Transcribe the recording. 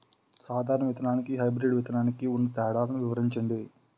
సాధారణ విత్తననికి, హైబ్రిడ్ విత్తనానికి ఉన్న తేడాలను వివరించండి?